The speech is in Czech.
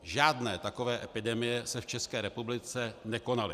Žádné takové epidemie se v České republice nekonaly.